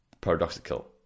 paradoxical